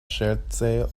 ŝerce